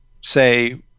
say